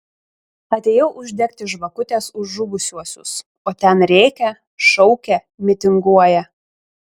atėjau uždegti žvakutės už žuvusiuosius o ten rėkia šaukia mitinguoja